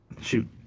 shoot